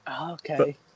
Okay